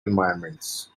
environments